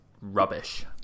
rubbish